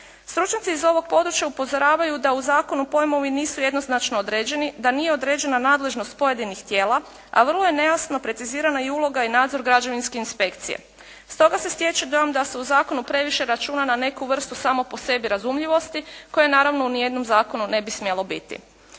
Stručnjaci iz ovog područja upozoravaju da u zakonu pojmovi nisu jednoznačno određeni, da nije određena nadležnost pojedinih tijela, a vrlo je nejasno precizirana i uloga i nadzora građevinske inspekcije. Stoga se stječe dojam da se u zakonu previše računa na neku vrstu samo po sebi razumljivosti koje naravno u ni jednom zakonu ne bi smjelo biti.